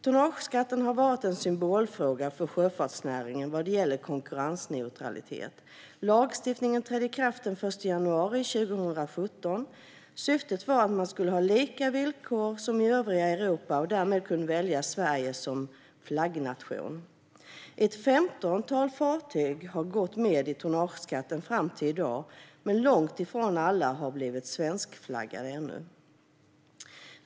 Tonnageskatten har varit en symbolfråga för sjöfartsnäringen vad gäller konkurrensneutralitet. Lagstiftningen trädde i kraft den 1 januari 2017. Syftet var att man skulle ha lika villkor som i övriga Europa och därmed kunna välja Sverige som flaggnation. Ett femtontal fartyg har gått med i tonnageskatten fram till i dag, men långt ifrån alla har blivit svenskflaggade ännu.